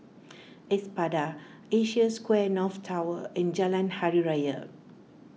Espada Asia Square North Tower and Jalan Hari Raya